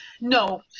No